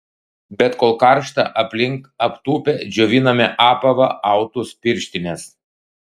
bet kol karšta aplink aptūpę džioviname apavą autus pirštines